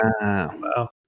Wow